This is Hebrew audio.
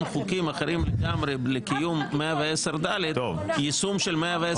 חוקים אחרים לגמרי לקיום 110(ד) כיישום של 100(ד) כאן.